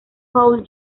paul